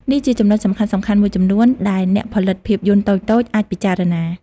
នេះជាចំណុចសំខាន់ៗមួយចំនួនដែលអ្នកផលិតភាពយន្តតូចៗអាចពិចារណា។